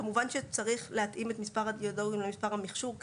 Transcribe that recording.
כמובן שצריך להתאים את מספר הרדיולוגים למצב המכשור,